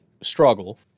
struggle